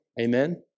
Amen